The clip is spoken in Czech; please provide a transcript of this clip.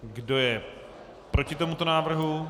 Kdo je proti tomuto návrhu?